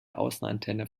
außenantenne